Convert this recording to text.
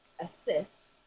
assist